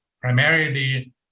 primarily